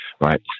right